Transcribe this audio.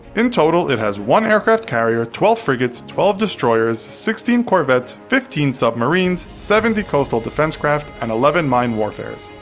in total, it has one aircraft carrier, twelve frigates, twelve destroyers, sixteen corvettes, fifteen submarines, seventy coastal defense craft, and eleven mine warfares.